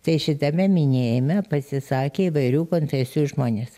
tai šitame minėjime pasisakė įvairių konfesijų žmonės